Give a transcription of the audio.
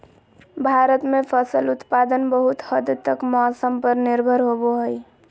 भारत में फसल उत्पादन बहुत हद तक मौसम पर निर्भर होबो हइ